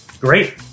Great